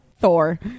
Thor